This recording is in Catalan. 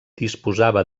disposava